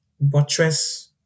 buttress